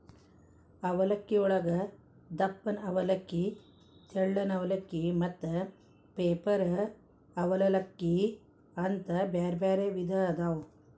ಅವಲಕ್ಕಿಯೊಳಗ ದಪ್ಪನ ಅವಲಕ್ಕಿ, ತೆಳ್ಳನ ಅವಲಕ್ಕಿ, ಮತ್ತ ಪೇಪರ್ ಅವಲಲಕ್ಕಿ ಅಂತ ಬ್ಯಾರ್ಬ್ಯಾರೇ ವಿಧ ಅದಾವು